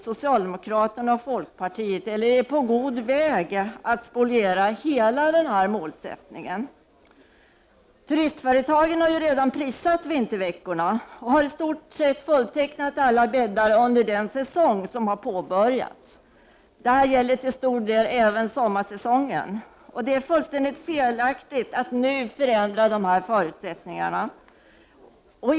Socialdemokrater och folkpartister är nu på god väg att spoliera hela denna målsättning. Turistföretagen har redan prissatt vinterveckorna och har i stort sett fulltecknat alla bäddar under den säsong som har påbörjats. Detta gäller till stor del även sommarsäsongen. Det är fullständigt felaktigt att nu ändra förutsättningarna.